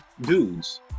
dudes